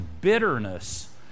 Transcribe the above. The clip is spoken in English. bitterness